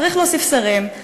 צריך להוסיף שרים,